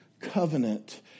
covenant